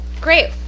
Great